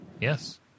Yes